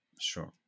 sure